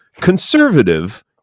Conservative